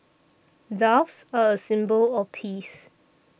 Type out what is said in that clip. doves are a symbol of peace